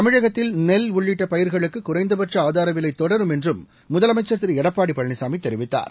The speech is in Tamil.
தமிழகத்தில் நெல் உள்ளிட்ட பயிர்களுக்கு குறைந்தபட்ச ஆதார விலை தொடரும் என்றும் முதலமைச்சர் திரு எடப்பாடி பழனிச்சாமி தெரிவித்தார்